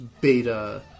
beta